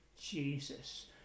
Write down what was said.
Jesus